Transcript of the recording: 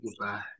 goodbye